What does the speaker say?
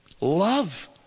love